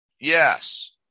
Yes